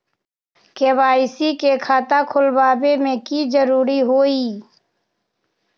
KYC के खाता खुलवा में की जरूरी होई?